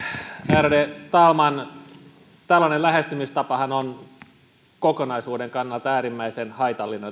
ärade talman tällainen lähestymistapahan on kokonaisuuden kannalta äärimmäisen haitallinen